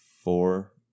four